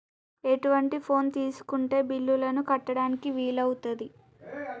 ఎటువంటి ఫోన్ తీసుకుంటే బిల్లులను కట్టడానికి వీలవుతది?